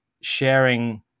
sharing